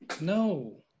No